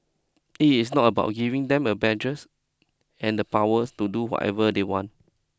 it is not about giving them a badges and the powers to do whatever they want